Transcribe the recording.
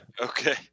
Okay